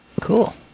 Cool